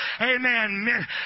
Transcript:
Amen